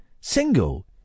single